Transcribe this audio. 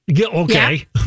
Okay